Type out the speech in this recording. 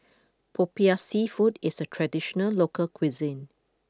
Popiah Seafood is a traditional local cuisine